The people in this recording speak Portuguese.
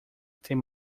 tem